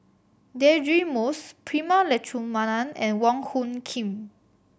Deirdre Moss Prema Letchumanan and Wong Hung Khim